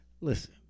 listen